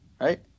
Right